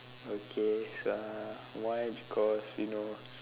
okay uh why because you know